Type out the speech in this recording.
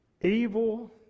evil